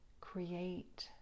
create